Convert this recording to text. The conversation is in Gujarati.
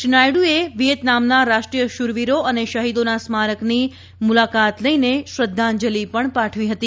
શ્રી નાયડુએ વિચેતનામના રાષ્ટ્રીય શૂરવીરો અને શફીદોના સ્મારકની મુલાકાત લઇને શ્રદ્ધાંજલિ પાઠવી હતી